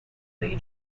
lee